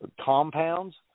compounds